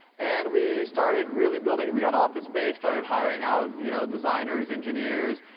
and we started really building, we got office space, started hiring out you know designers, engineers.